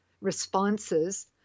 responses